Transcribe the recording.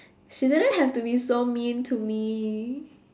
she didn't have to be so mean to me